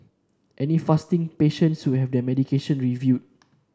any fasting patience will have their medication reviewed